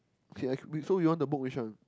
okay I can so you want to book which one